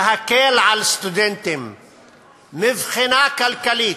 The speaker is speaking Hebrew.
להקל על סטודנטים מבחינה כלכלית.